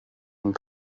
and